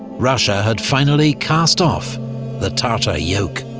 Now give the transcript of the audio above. russia had finally cast off the tatar yoke.